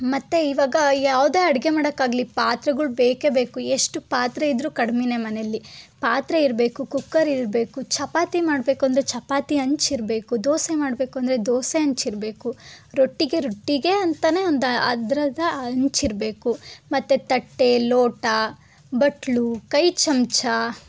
ಮತ್ತು ಇವಾಗ ಯಾವುದೇ ಅಡುಗೆ ಮಾಡೋಕ್ಕಾಗ್ಲಿ ಪಾತ್ರೆಗಳು ಬೇಕೇ ಬೇಕು ಎಷ್ಟು ಪಾತ್ರೆ ಇದ್ದರೂ ಕಡ್ಮೆನೆ ಮನೆಯಲ್ಲಿ ಪಾತ್ರೆ ಇರಬೇಕು ಕುಕ್ಕರ್ ಇರಬೇಕು ಚಪಾತಿ ಮಾಡಬೇಕು ಅಂದರೆ ಚಪಾತಿ ಹಂಚಿರ್ಬೇಕು ದೋಸೆ ಮಾಡಬೇಕು ಅಂದರೆ ದೋಸೆ ಹಂಚ್ ಇರಬೇಕು ರೊಟ್ಟಿಗೆ ರೊಟ್ಟಿಗೆ ಅಂತಲೇ ಒಂದು ಅದ್ರದು ಹಂಚ್ ಇರಬೇಕು ಮತ್ತು ತಟ್ಟೆ ಲೋಟ ಬಟ್ಟಲು ಕೈ ಚಮಚ